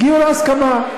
הגיעו להסכמה,